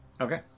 okay